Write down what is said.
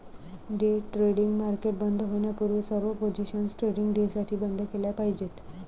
day trading market बंद होण्यापूर्वी सर्व पोझिशन्स ट्रेडिंग डेसाठी बंद केल्या पाहिजेत